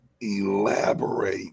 elaborate